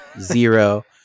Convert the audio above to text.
zero